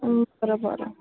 हं बरं बरं